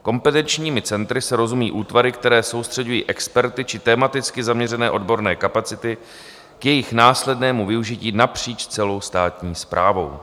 Kompetenčními centry se rozumí útvary, které soustřeďují experty či tematicky zaměřené odborné kapacity k jejich následnému využití napříč celou státní správou.